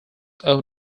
own